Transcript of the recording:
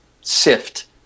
sift